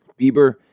Bieber